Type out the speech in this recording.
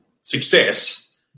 success